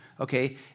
Okay